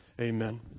amen